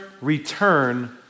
return